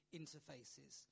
interfaces